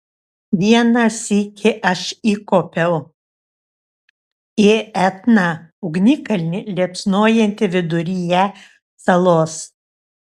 vieną sykį aš įkopiau į etną ugnikalnį liepsnojantį viduryje salos